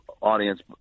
audience